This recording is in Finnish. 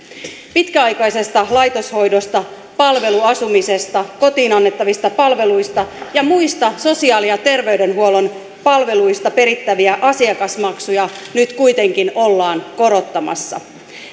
pitkäaikaisesta laitoshoidosta palveluasumisesta kotiin annettavista palveluista ja muista sosiaali ja terveydenhuollon palveluista perittäviä asiakasmaksuja nyt kuitenkin ollaan korottamassa